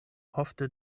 ofte